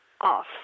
off